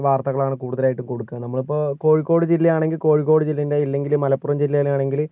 വാർത്തകളാണ് കൂടുതലായിട്ടും കൊടുക്കുക നമ്മളിപ്പോൾ കോഴിക്കോട് ജില്ലയാണെങ്കിൽ കോഴിക്കോട് ജില്ലേൻ്റെ ഇല്ലെങ്കില് മലപ്പുറം ജില്ലയിലാണെങ്കിൽ